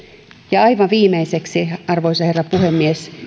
ja aivan viimeiseksi arvoisa herra puhemies